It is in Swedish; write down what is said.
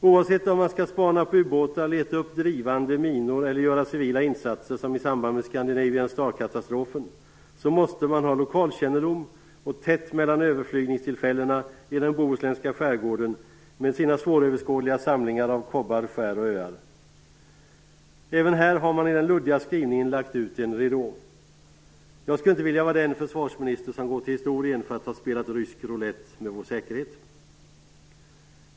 Oavsett om man skall spana på ubåtar, leta upp drivande minor eller göra civila insatser som i samband med Scandinavian Starkatastrofen måste man ha lokalkännedom och tätt mellan överflygningstillfällena i den bohuslänska skärgården med sina svåröverskådliga samlingar av kobbar, skär och öar. Även här har man i den luddiga skrivningen lagt ut en ridå. Jag skulle inte vilja vara den försvarsminister som går till historien för att ha spelat rysk roulett med vår säkerhet.